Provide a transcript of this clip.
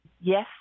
yes